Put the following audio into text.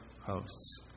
hosts